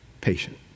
patient